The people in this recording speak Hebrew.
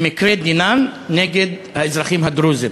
במקרה דנן, נגד האזרחים הדרוזים.